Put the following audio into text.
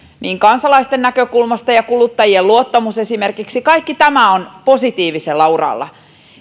kansalaisten näkökulmasta ja kuluttajien luottamus esimerkiksi kaikki tämä on positiivisella uralla